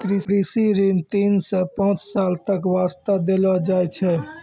कृषि ऋण तीन सॅ पांच साल तक वास्तॅ देलो जाय छै